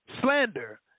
Slander